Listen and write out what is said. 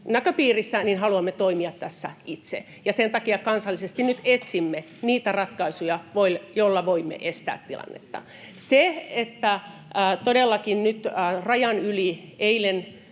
näköpiirissä, haluamme toimia tässä itse, ja sen takia kansallisesti nyt etsimme niitä ratkaisuja, joilla voimme estää tilannetta. Todellakin rajan yli eilen